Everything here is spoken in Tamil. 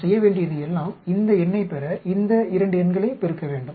நான் செய்ய வேண்டியது எல்லாம் இந்த எண்ணைப் பெற இந்த 2 எண்களைப் பெருக்க வேண்டும்